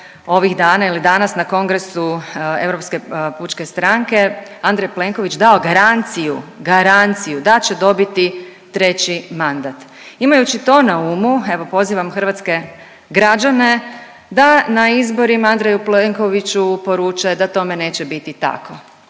ovih dana ili danas na kongresu Europske pučke stranke Andrej Plenković dao garanciju, garanciju da će dobiti treći mandat. Imajući to na umu, evo pozivam hrvatske građane da na izborima Andreju Plenkoviću poruče da tome neće biti tako